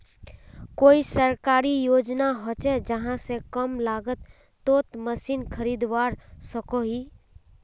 कोई सरकारी योजना होचे जहा से कम लागत तोत मशीन खरीदवार सकोहो ही?